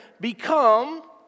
become